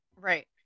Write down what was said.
Right